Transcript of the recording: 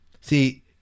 See